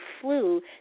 flu